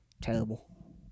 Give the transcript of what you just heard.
terrible